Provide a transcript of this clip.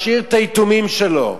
משאיר את היתומים שלו,